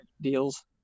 deals